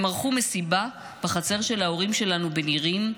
הם ערכו מסיבה בחצר של ההורים שלנו בנירים,